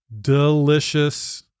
Delicious